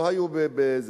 לא היו במדים,